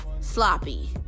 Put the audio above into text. sloppy